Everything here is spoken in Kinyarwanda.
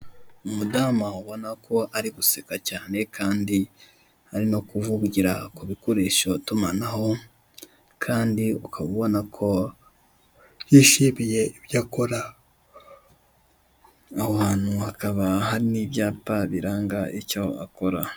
Umudamu ubona ko ari guseka cyane kandi ari no kuvugira ku bikoresho itumanaho kandi ukaba ubona ko yishimiye ibyo akora aho hantu hakaba hari n'ibyapa biranga icyo akora.